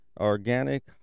Organic